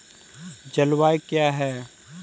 जलवायु क्या है?